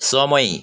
समय